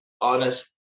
honest